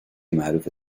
معروف